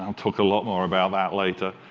um talk a lot more about that later